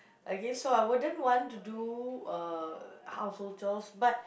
okay so I wouldn't want to do uh household chores but